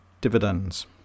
dividends